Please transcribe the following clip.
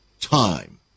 time